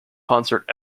concert